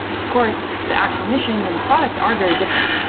of course, the actual missions and the products are very different.